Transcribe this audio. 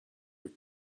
were